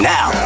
Now